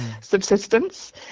subsistence